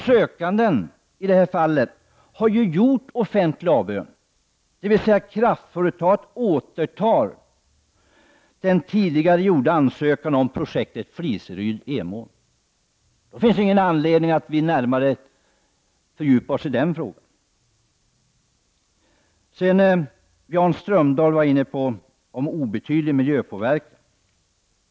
Sökanden har ju gjort offentlig avbön i det här fallet, dvs. kraftföretaget återtar sin tidigare gjorda ansökan om projektet Fliseryd vid Emån. Det finns inte någon anledning att närmare fördjupa sig i den frågan. Jan Strömdahl var inne på frågan om obetydlig miljöpåverkan.